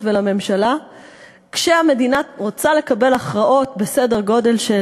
ולממשלה כשהמדינה רוצה לקבל הכרעות בסדר-גודל של